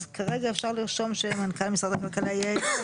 אז כרגע אפשר לרשום שמנכ"ל משרד הכלכלה יהיה היו"ר.